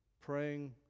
Praying